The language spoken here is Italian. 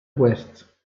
west